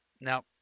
Now